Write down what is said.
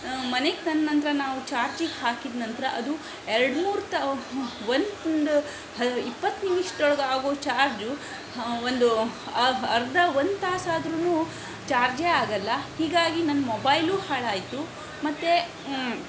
ಮನೆಗೆ ತಂದ ನಂತರ ನಾವು ಚಾರ್ಜಿಗೆ ಹಾಕಿದ ನಂತರ ಅದು ಎರಡು ಮೂರು ತ ಒಂದು ಹ ಇಪ್ಪತ್ತು ನಿಮಿಷ್ದೊಳಗೆ ಆಗೊ ಚಾರ್ಜು ಹಾಂ ಒಂದೂ ಅರ್ಧ ಒಂದು ತಾಸಾದ್ರು ಚಾರ್ಜೇ ಆಗೋಲ್ಲ ಹೀಗಾಗಿ ನನ್ನ ಮೊಬೈಲು ಹಾಳಾಯಿತು ಮತ್ತು